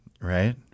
Right